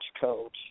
coach